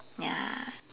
ya